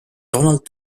donald